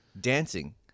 dancing